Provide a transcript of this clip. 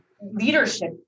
leadership